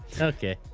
okay